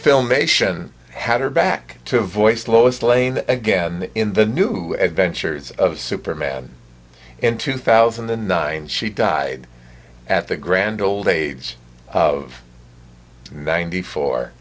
filmation had her back to voice lois lane again in the new adventures of superman in two thousand and nine she died at the grand old age of ninety four